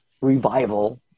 revival